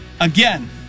again